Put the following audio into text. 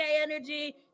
energy